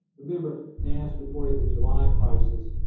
remember, nass reported the july prices,